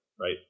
Right